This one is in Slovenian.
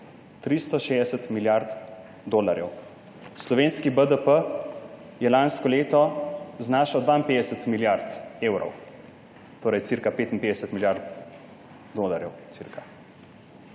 360 milijard dolarjev. Slovenski BDP je lansko leto znašal 52 milijard evrov, torej cca 55 milijard dolarjev.